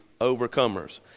overcomers